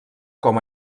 com